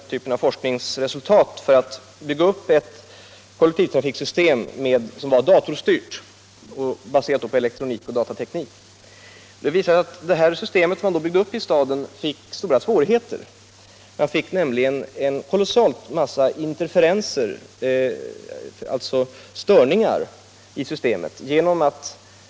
Resultatet av den forskningen hade man utnyttjat för att bygga upp ett datorstyrt kollektivtrafiksystem, som alltså var baserat på elektronik och datorteknik. Det visade sig att systemet som byggdes upp i staden fick stora svårigheter. Systemet fick en kolossal massa interferenser, dvs. störningar.